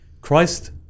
Christ